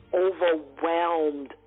overwhelmed